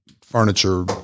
furniture